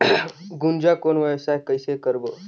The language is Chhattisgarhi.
गुनजा कौन व्यवसाय कइसे करबो?